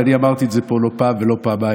ואני אמרתי את זה פה לא פעם ולא פעמיים: